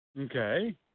Okay